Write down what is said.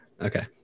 Okay